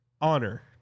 honor